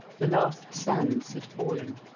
the last sands had fallen.